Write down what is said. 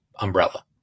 umbrella